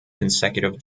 consecutive